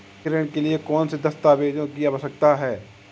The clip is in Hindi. बैंक ऋण के लिए कौन से दस्तावेजों की आवश्यकता है?